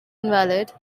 invalid